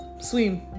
swim